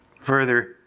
further